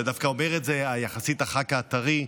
ודווקא אומר את זה הח"כ הטרי יחסית,